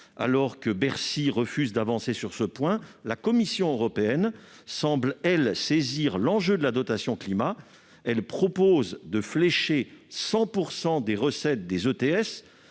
Alors que Bercy refuse d'avancer sur ce point, la Commission européenne semble, quant à elle, saisir l'enjeu de la dotation climat, puisqu'elle propose de flécher 100 % des recettes des ETS,,